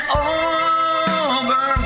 over